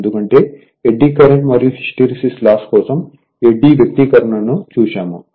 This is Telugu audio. ఎందుకంటే ఎడ్డీ కరెంట్ మరియు హిస్టెరిసిస్ లాస్ కోసం ఎడ్డీ వ్యక్తీకరణను చూశాము